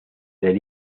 del